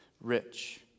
rich